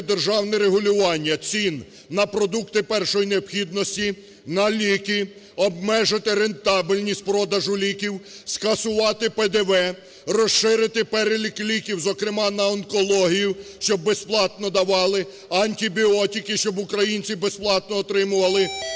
державне регулювання цін на продукти першої необхідності, на ліки, обмежити рентабельність продажу ліків, скасувати ПДВ, розширити перелік ліків, зокрема на онкологію, щоб безплатно давали, антибіотики щоб українці безплатно отримували,